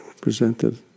presented